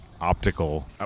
optical